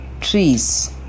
Trees